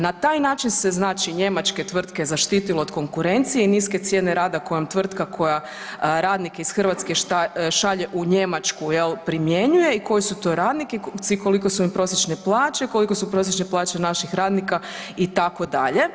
Na taj način se znači njemačke tvrtke zaštitilo od konkurencije i niske cijene rada kojom tvrtka koja radnike iz Hrvatske šalje u Njemačku jel primjenjuje i koji su to radnici i koliko su im prosječne plaće, koliko su prosječne plaće naših radnika itd.